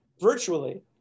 virtually